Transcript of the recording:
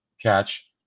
catch